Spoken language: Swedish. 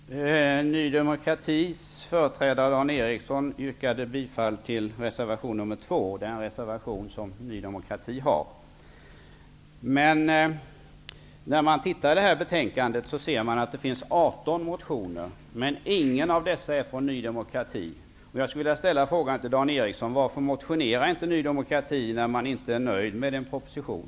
Herr talman! Ny demokratis företrädare Dan Eriksson i Stockholm yrkade bifall till reservation nr 2. Det är en reservation som Ny demokrati har fogat till betänkandet. När man tittar i det här betänkandet ser man att det finns 18 motioner, men ingen av dessa har väckts av Ny demokrati. Jag skulle vilja ställa frågan till Dan Eriksson: Varför motionerar inte Ny demokrati när man inte är nöjd med en proposition?